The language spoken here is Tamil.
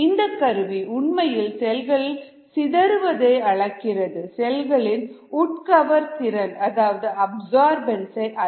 இந்த கருவி உண்மையில் செல்கள் சிதறுவதை அளக்கிறது செல்களின் உட்கவர்திறன் அதாவது அப்சர்பன்ஸ் ஐ அல்ல